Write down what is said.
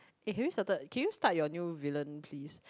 eh can you settle can you start your new Villain please